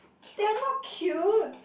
they are not cute